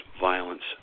violence